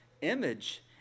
image